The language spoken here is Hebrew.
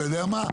אתה יודע מה,